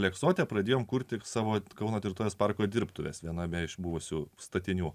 aleksote pradėjome kurti savo kauno tvirtovės parko dirbtuves viename iš buvusių statinių